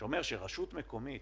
שאומר שרשות מקומית